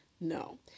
No